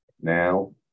now